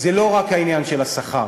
זה לא רק העניין של השכר.